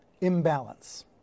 imbalance